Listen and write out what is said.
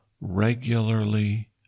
regularly